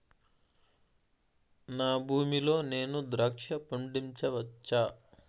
నా భూమి లో నేను ద్రాక్ష పండించవచ్చా?